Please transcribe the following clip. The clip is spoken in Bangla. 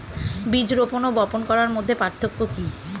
বীজ রোপন ও বপন করার মধ্যে পার্থক্য কি?